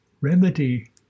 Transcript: remedy